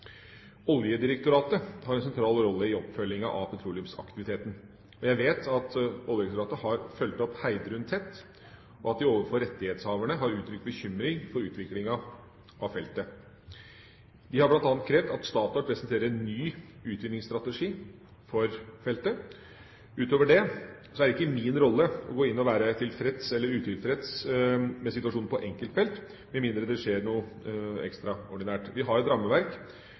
Oljedirektoratet har en sentral rolle i oppfølginga av petroleumsaktiviteten, og jeg vet at Oljedirektoratet har fulgt opp Heidrun tett, og at de overfor rettighetshaverne har uttrykt bekymring for utviklinga på feltet. De har bl.a. krevd at Statoil presenterer en ny utvinningsstrategi for feltet. Utover det er det ikke min rolle å være tilfreds eller utilfreds med situasjonen på enkeltfelt med mindre det skjer noe ekstraordinært. Vi har et rammeverk